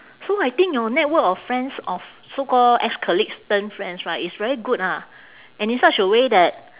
so I think your network of friends of so called ex-colleagues turn friends right it's very good ah and it's such a way that